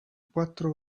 quattro